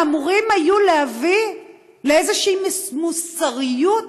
אלה שאמורים היו להביא לאיזושהי מוסריות,